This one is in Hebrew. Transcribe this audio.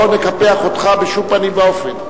לא נקפח אותך בשום פנים ואופן,